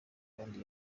kandi